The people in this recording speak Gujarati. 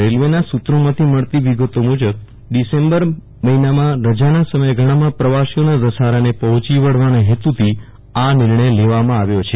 રેલ્વેના સુત્રોમાંથી મળથી વિગતો મુજબ ડીસેમ્બર મહિનામાં રજાના સમયગાળામાં પ્રવાસીઓ ના ધસારનજે પહોંચી વળવાના હેતુથી આ નિર્ણય લેવામાં આવ્યો છે